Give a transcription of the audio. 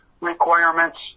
requirements